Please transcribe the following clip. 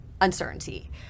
uncertainty